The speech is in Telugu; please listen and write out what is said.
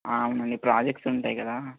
అవునండి ప్రాజెక్ట్స్ ఉంటాయి కదా